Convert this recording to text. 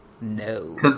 No